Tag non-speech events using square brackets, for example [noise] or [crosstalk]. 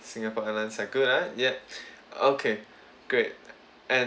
singapore airlines are good ah ya [breath] okay great and